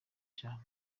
cya